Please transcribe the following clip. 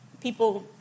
people